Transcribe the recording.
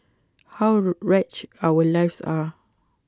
how wretched our lives are